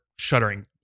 shuttering